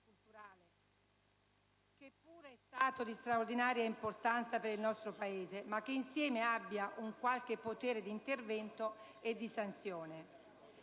che pure è di straordinaria importanza per il nostro Paese, ma che insieme abbia un qualche potere di intervento e di sanzione. Infatti,